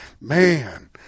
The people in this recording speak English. Man